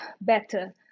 better